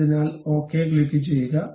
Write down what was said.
അതിനാൽഓക്കേ ക്ലിക്കുചെയ്യുക